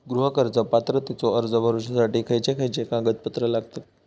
गृह कर्ज पात्रतेचो अर्ज भरुच्यासाठी खयचे खयचे कागदपत्र लागतत?